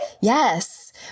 Yes